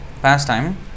pastime